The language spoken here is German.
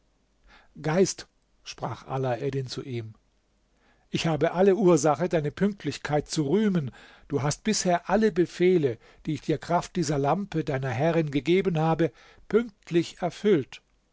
geist sprach alaeddin zu ihm ich habe alle ursache deine pünktlichkeit zu rühmen du hast bisher alle befehle die ich dir kraft dieser lampe deiner herrin gegeben habe pünktlich erfüllt